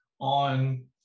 on